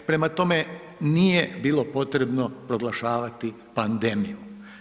Prema tome, nije bilo potrebno proglašavati pandemiju.